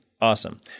Awesome